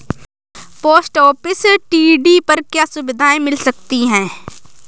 Post office TD पर क्या सुविधाएँ मिल सकती है?